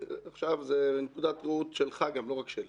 זו גם נקודת ראות שלך, לא רק שלי.